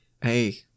Hey